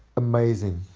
amazing!